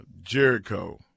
Jericho